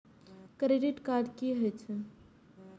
Credit card की होई छै?